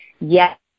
Yes